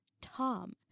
Tom